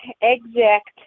exact